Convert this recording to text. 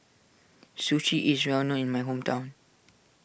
Sushi is well known in my hometown